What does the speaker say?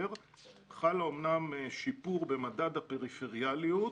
חל שיפור במדד הפריפריאליות,